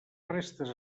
restes